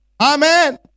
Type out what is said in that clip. Amen